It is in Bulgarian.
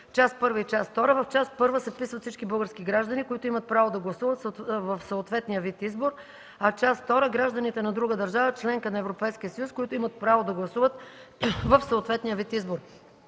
част I и част II. В част I се вписват всички български граждани, които имат право да гласуват в съответния вид избор, в част II - гражданите на друга държава – членка на Европейския съюз, които имат право да гласуват в съответния вид избор.